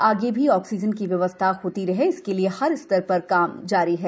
आगे भी ऑक्सीजन की व्यवस्था होती रहे इसके लिए हर स्तर पर हम काम कर रहे हैं